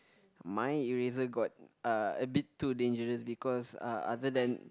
my eraser got uh a bit too dangerous because uh other then